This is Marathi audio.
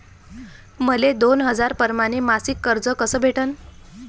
मले दोन हजार परमाने मासिक कर्ज कस भेटन?